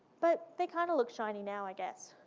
but they kind of look shiny now, i guess.